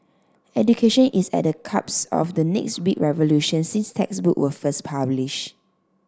education is at the cups of the next big revolution since textbooks were first published